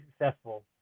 successful